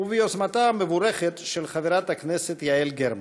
וביוזמתה המבורכת של חברת הכנסת יעל גרמן.